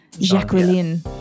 Jacqueline